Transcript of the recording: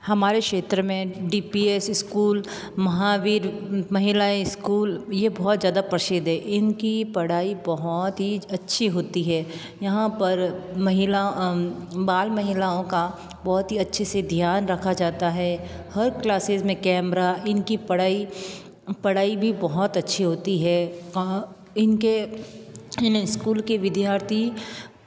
हमारे क्षेत्र में D P S school Mahavir महिला स्कूल ये बहुत ज़्यादा प्रसिद्ध हैं इन की पढ़ाई बहुत ही अच्छी होती है यहाँ पर महिला बाल महिलाओं का बहुत ही अच्छे से ध्यान रखा जाता है हर क्लासेस में कैमरा इन की पढ़ाई पढ़ाई भी बहुत अच्छी होती है इन के स्कूल के विद्यार्थी